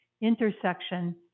intersection